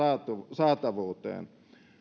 saatavuuteen